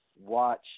watch